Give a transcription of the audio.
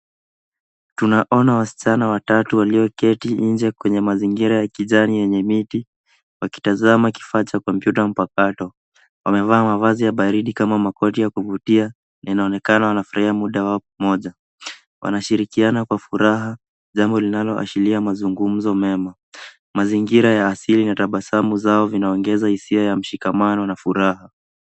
Tunaona wasichana watatu walioketi nje kwenye mazingira ya kijani yenye miti wakitazama kifaa cha kompyuta mpakato. Wamevaa mavazi ya baridi kama makoti ya kuvutia yanaonekana wanafurahia muda mmoja. Wanashirikiana kwa furaha jambo linaloashiria mazungumzo mema. Mazingira ya asili na tabasamu zao vinaongeza hisia ya mshikamano na furaha.